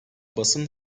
basın